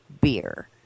beer